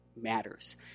matters